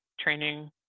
training